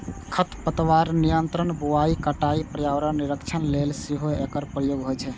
खरपतवार नियंत्रण, बुआइ, कटाइ, पर्यावरण निरीक्षण लेल सेहो एकर प्रयोग होइ छै